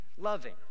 loving